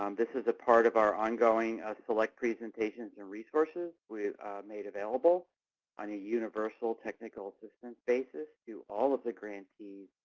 um this is a part of our ongoing ah select presentation and resources we've made available on a universal technical assistance basis to all of the grantees